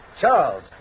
Charles